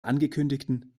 angekündigten